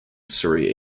surrey